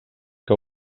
que